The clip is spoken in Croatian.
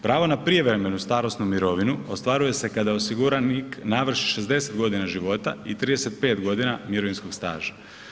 Pravo na prijevremenu starosnu mirovinu ostvaruje se kada osiguranik navrši 60 godina života i 35 mirovinskog staža.